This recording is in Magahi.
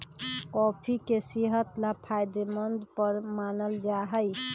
कॉफी के सेहत ला फायदेमंद पर मानल जाहई